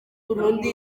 burundi